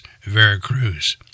Veracruz